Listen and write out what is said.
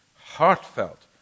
heartfelt